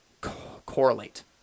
correlate